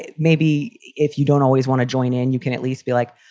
and maybe if you don't always want to join in, you can at least be like,